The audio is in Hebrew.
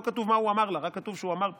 לא כתוב מה הוא אמר לה, רק כתוב שהוא אמר פעמיים.